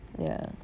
ya